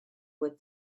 with